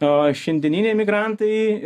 o šiandieniniai emigrantai